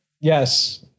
Yes